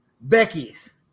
Becky's